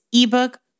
ebook